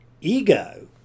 ego